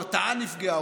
ההרתעה נפגעה,